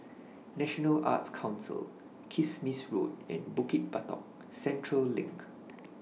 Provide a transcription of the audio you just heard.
National Arts Council Kismis Road and Bukit Batok Central LINK